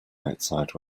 outside